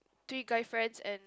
three guy friends and